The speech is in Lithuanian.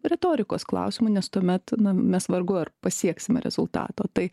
retorikos klausimu nes tuomet na mes vargu ar pasieksime rezultato tai